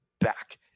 back